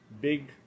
big